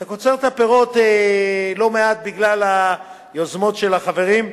אתה קוצר את הפירות לא מעט בגלל היוזמות של החברים.